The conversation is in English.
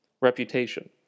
reputation